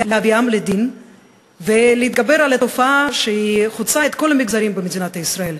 להביאם לדין ולהתגבר על התופעה שחוצה את כל המגזרים במדינת ישראל,